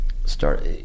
start